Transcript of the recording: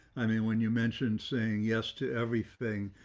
i mean, when you mentioned saying yes to everything,